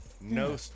No